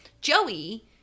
joey